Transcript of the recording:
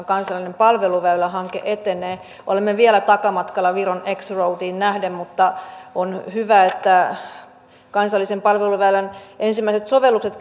kansallinen palveluväylähanke etenee olemme vielä takamatkalla viron kymmenenteen roadiin nähden mutta on hyvä että kansallisen palveluväylän ensimmäiset sovellukset